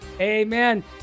Amen